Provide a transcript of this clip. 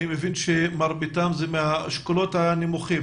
אני מבין שמרביתם הם מהאשכולות הנמוכים,